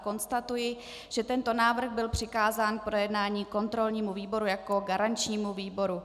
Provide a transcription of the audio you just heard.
Konstatuji, že tento návrh byl přikázán k projednání kontrolnímu výboru jako garančnímu výboru.